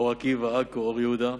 אור-עקיבא, עכו ואור-יהודה,